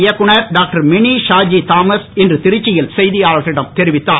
இயக்குனர் டாக்டர் மினி ஷாஜி தாமஸ் இன்று திருச்சியில் செய்தியாளர்களிடம் தெரிவித்தார்